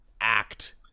act